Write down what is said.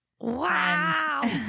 Wow